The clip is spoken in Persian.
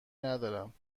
ندارم